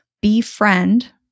befriend